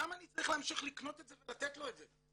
למה אני צריך להמשיך לקנות את זה ולתת לו את זה.